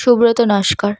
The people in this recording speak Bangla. সুব্রত নস্কর